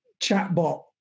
chatbot